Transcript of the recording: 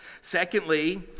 Secondly